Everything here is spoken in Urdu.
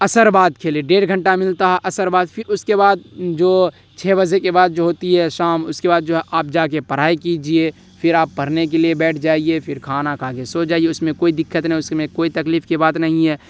عصر بعد کھیلے ڈیرھ گھنٹہ ملتا ہے عصر بعد پھر اس کے بعد جو چھ بجے کے بعد جو ہوتی ہے شام اس کے بعد جو ہے آپ جا کے پڑھائی کیجیے پھر آپ پڑھنے کے لیے بیٹھ جائیے پھر کھانا کھا کے سو جائیے اس میں کوئی دقت نہیں ہے اس میں کوئی تکلیف کی بات نہیں ہے